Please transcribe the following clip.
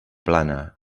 plana